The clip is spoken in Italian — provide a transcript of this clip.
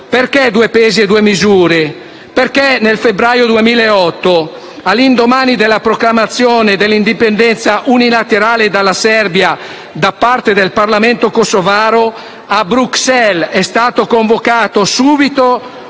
perché due pesi e due misure? Perché nel febbraio 2008, all'indomani della proclamazione dell'indipendenza unilaterale dalla Serbia da parte del Parlamento kosovaro, a Bruxelles è stato convocato subito